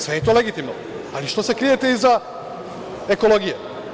Sve je to legitimno, ali što se krijete iza ekologije.